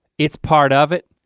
it's part of it?